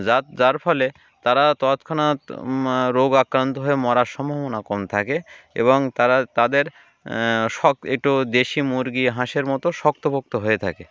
যা যার ফলে তারা তৎক্ষণাৎ রোগ আক্রান্ত হয়ে মরার সম্ভাবনা কম থাকে এবং তারা তাদের শক্ত একটু দেশি মুরগি হাঁসের মতো শক্তপোক্ত হয়ে থাকে